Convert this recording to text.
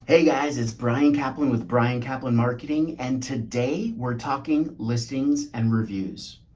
hey guys, it's brian kaplan with brian kaplan marketing and today we're talking listings and reviews.